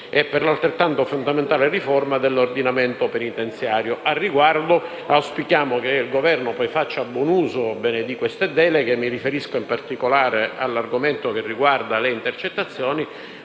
e per l'altrettanto fondamentale riforma dell'ordinamento penitenziario. Al riguardo, auspichiamo che il Governo faccia buon uso di queste deleghe: mi riferisco in particolare all'argomento che riguarda le intercettazioni